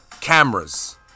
cameras